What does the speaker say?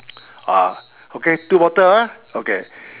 ah okay two bottle ah okay